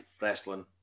wrestling